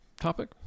topic